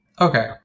Okay